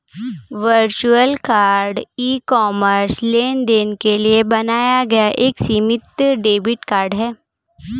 virtual card e commerce लेनदेन के लिए बनाया गया एक सीमित डेबिट कार्ड है